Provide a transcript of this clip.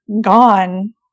gone